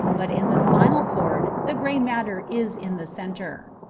but in the spinal cord the gray matter is in the centre.